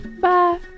Bye